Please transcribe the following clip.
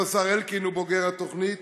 גם השר אלקין הוא בוגר התוכנית,